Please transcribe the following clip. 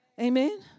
Amen